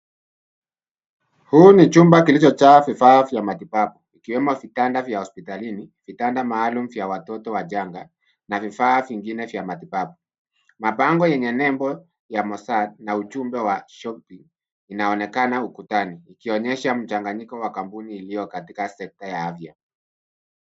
Huu ni chumba kilichojaa vifaa vya matibabu ikiwemo vitanda vya hospitalini, vitanda maalum vya watoto wachanga na vifaa vingine vya matibabu. Mabango yenye nembo ya mozzart, na ujumbe wa hopping inaonekana ukutani ikionyesha mchanganyiko wa kampuni iliyo katika sekta ya afya.